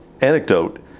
anecdote